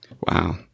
Wow